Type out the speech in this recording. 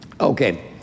Okay